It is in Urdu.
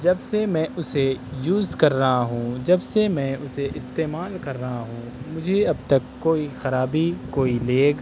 جب سے میں اسے یوز کر رہا ہوں جب سے میں اسے استعمال کر رہا ہوں مجھے اب تک کوئی خرابی کوئی لیگ